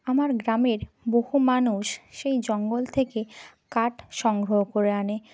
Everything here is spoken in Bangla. আমার গ্রামের বহু মানুষ সেই জঙ্গল থেকে কাঠ সংগ্রহ করে আনে